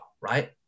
right